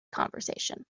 conversation